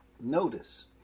Notice